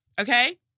Okay